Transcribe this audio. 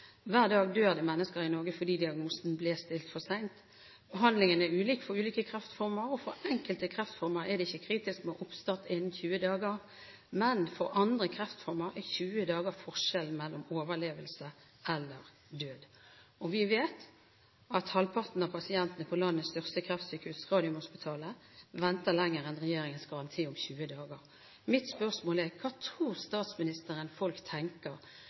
Hver dag dør det mennesker i Norge fordi diagnosen ble stilt for sent. Behandlingen er ulik for ulike kreftformer, og for enkelte kreftformer er det ikke kritisk med oppstart innen 20 dager. For andre kreftformer er 20 dager forskjellen mellom overlevelse og død. Vi vet at halvparten av pasientene på landets største kreftsykehus, Radiumhospitalet, venter lenger enn regjeringens garanti om en frist på 20 dager. Mitt spørsmål er: Hva tror statsministeren folk tenker